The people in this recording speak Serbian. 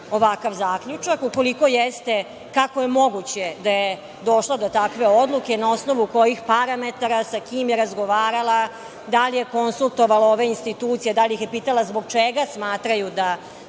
ovakav zaključak? Ukoliko jeste, kako je moguće da je došla do takve odluke, na osnovu kojih parametara i sa kim je razgovarala? Da li je konsultovala ove institucije, da li ih je pitala zbog čega smatraju da